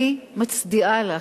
אני מצדיעה לך.